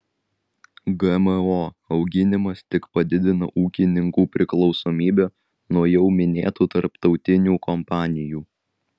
gmo auginimas tik padidina ūkininkų priklausomybę nuo jau minėtų tarptautinių kompanijų